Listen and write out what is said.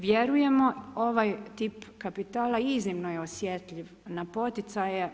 Vjerujemo ovaj tip kapitala iznimno je osjetljiv na poticaje.